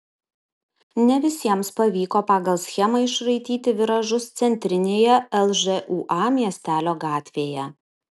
ne visiems pavyko pagal schemą išraityti viražus centrinėje lžūa miestelio gatvėje